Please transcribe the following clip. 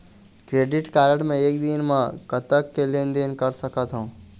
Credit card मे एक दिन म कतक के लेन देन कर सकत हो?